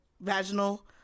vaginal